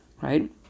Right